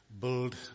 build